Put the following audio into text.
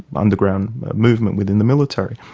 underground movement within the military.